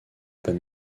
pas